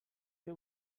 què